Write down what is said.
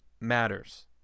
matters